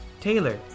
Taylor